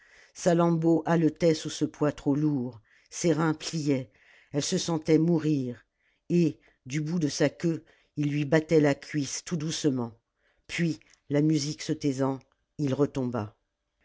salammbô haletait sous ce poids trop lourd ses reins pliaient elle se sentait mourir et du bout de sa queue il lui battait la cuisse tout doucement puis la musique se taisant il retomba